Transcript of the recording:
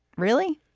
really?